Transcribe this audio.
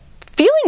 feeling